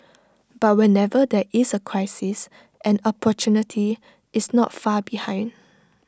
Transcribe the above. but whenever there is A crisis an opportunity is not far behind